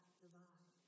divide